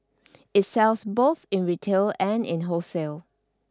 it sells both in retail and in wholesale